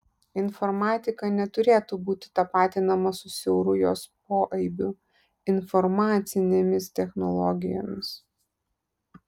informatika neturėtų būti tapatinama su siauru jos poaibiu informacinėmis technologijomis